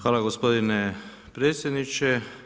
Hvala gospodine predsjedniče.